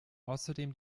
außerdem